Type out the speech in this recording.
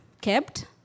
kept